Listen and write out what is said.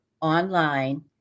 online